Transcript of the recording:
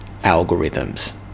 algorithms